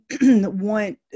want